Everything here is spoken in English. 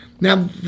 Now